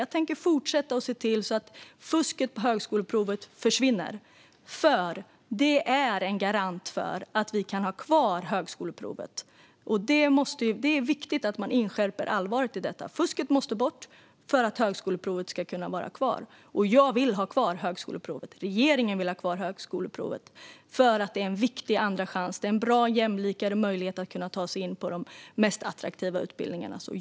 Jag tänker fortsätta se till så att fusket på högskoleprovet försvinner. Det är en garant för att vi kan ha kvar högskoleprovet. Det är viktigt att inskärpa allvaret i detta. Fusket måste bort för att högskoleprovet ska kunna vara kvar. Och jag vill ha kvar högskoleprovet. Regeringen vill ha kvar högskoleprovet. Det är en viktig andra chans. Det är en bra, jämlikare möjlighet att ta sig in på de mest attraktiva utbildningarna.